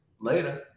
later